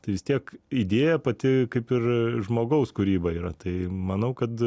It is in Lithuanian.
tai vis tiek tiek idėja pati kaip ir žmogaus kūryba yra tai manau kad